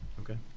Okay